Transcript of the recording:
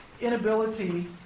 inability